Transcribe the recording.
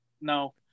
No